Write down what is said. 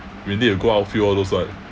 you need to go outfield all those [one]